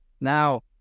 now